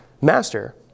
master